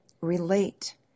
RELATE